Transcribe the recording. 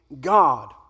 God